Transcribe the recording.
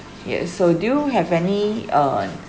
yes so do you have any uh